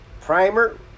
primer